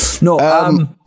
no